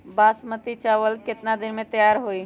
बासमती चावल केतना दिन में तयार होई?